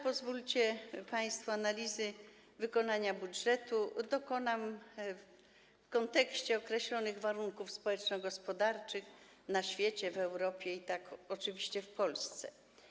Pozwólcie państwo, że analizy wykonania budżetu dokonam w kontekście określonych warunków społeczno-gospodarczych na świecie, w Europie i oczywiście w Polsce.